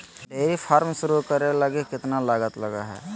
dairy farm शुरू करे लगी केतना लागत लगो हइ